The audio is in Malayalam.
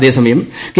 അതേസമയം കെ